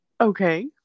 okay